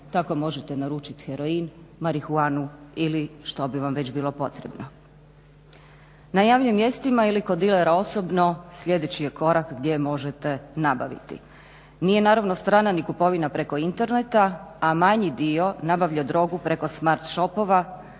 tako možete naručit heroin, marihuana ili što bi vam već bilo potrebno. Na javnim mjestima ili kod dilera osobno sljedeći je korak gdje možete nabaviti. Nije naravno strana ni kupovina preko interneta, a manji dio nabavlja drogu preko smart shopova,